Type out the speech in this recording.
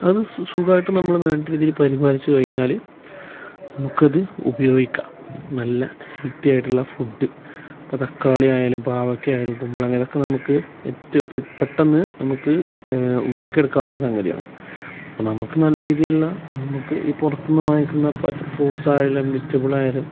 അത് സുഖമായിട്ട് നമ്മൾ വേണ്ട രീതിയിൽ പരിപാലിച്ചു കഴിഞ്ഞാൽ നമുക്കത് ഉപയോഗിക്കാം നല്ല വൃത്തിയായിട്ടുള്ള ഫുഡ് ഇപ്പോൾ തക്കാളി ആയാലും പാവയ്ക്ക ആയാലും കുമ്പളങ്ങ ഇതൊക്കെ നമുക്ക് ഏറ്റവും പെട്ടന്ന് നമുക്ക് ഉണ്ടാക്കിയെടുക്കാവുന്ന സംഗതിയാണ് അപ്പോൾ നമുക്ക് നല്ല രീതിയിലുള്ള നമുക്ക് ഈ പുറത്തു നിന്ന് വാങ്ങിക്കുന്ന ഫ്രൂട്ട്സ് ആയാലും വെജിറ്റബിൾ ആയാലും